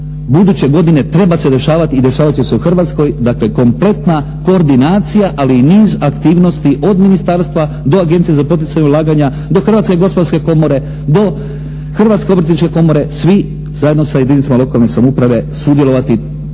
buduće godine treba se dešavati i dešavat će se u Hrvatskoj, dakle kompletna koordinacija ali i niz aktivnosti od ministarstva do Agencije za poticanje ulaganje, do Hrvatske gospodarske komore, do Hrvatske obrtničke komore, svi zajedno sa jedinicama lokalne samouprave sudjelovati